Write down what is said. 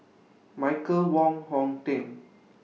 Michael Wong Hong Teng